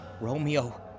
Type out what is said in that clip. Romeo